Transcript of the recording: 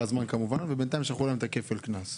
ובינתיים שלחו להם כפל קנס.